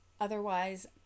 Otherwise